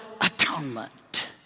atonement